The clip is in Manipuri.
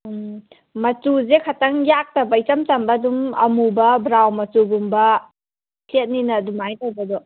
ꯎꯃ ꯃꯆꯨꯁꯦ ꯈꯤꯇꯪ ꯌꯥꯛꯇꯕ ꯏꯆꯝ ꯆꯝꯕ ꯑꯗꯨꯝ ꯑꯃꯨꯕ ꯕ꯭ꯔꯥꯎꯟ ꯃꯆꯨꯒꯨꯝꯕ ꯐ꯭ꯂꯦꯠꯅꯤꯅ ꯑꯗꯨꯃꯥꯏꯟ ꯇꯧꯕꯗꯣ